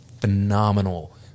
phenomenal